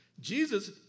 Jesus